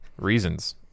Reasons